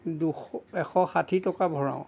দুশ এশ ষাঠি টকা ভৰাওঁ